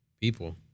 people